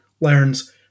learns